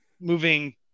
moving